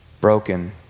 broken